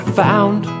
found